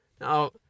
Now